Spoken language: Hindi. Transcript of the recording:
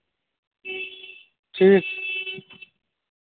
ठीक